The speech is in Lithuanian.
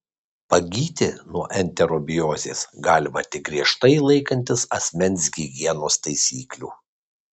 pagyti nuo enterobiozės galima tik griežtai laikantis asmens higienos taisyklių